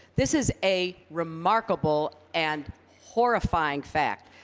this is a remarkable and horrifying fact.